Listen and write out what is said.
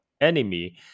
enemy